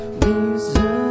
reason